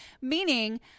meaning